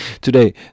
Today